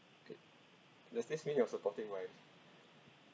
good does this mean you're supporting right